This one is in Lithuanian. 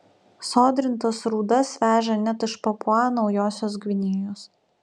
sodrintas rūdas veža net iš papua naujosios gvinėjos